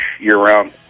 year-round